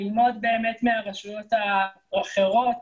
וללמוד מהרשויות האחרות.